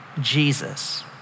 Jesus